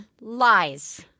Lies